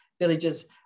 villages